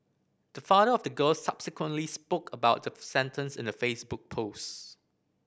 the father of the girl subsequently spoke about the sentence in a Facebook post